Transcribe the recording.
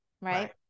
Right